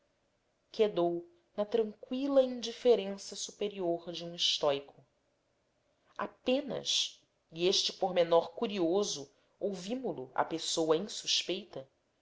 quedou na tranqüila indiferença superior de um estóico apenas e este pormenor curioso ouvimo lo a pessoa insuspeita